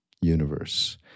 universe